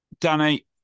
Danny